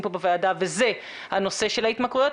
פה בוועדה וזה הנושא של ההתמכרויות.